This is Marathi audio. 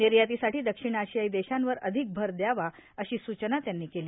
निर्यातीसाठी दक्षिण आशियाई देशांवर अधिक भर द्यावा अशी सूचना त्यांनी केली